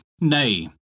Nay